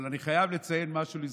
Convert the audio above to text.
אבל אני חייב לציין משהו לזכותו: